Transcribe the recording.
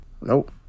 Nope